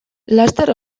laster